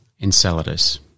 Enceladus